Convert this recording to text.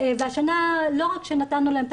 והשנה לא רק שנתנו להם,